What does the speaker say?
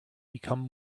become